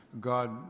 God